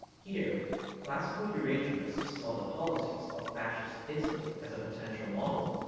here classical eurasianists saw the policies of fascist italy as a potential model,